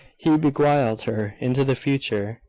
he beguiled her into the future,